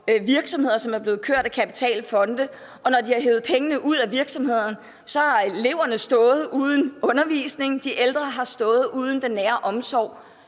virksomheder, som er blevet kørt af kapitalfonde. Og når de har hevet pengene ud af virksomhederne, har eleverne stået uden undervisning, og de ældre har stået uden den nære omsorg.